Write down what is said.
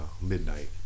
Midnight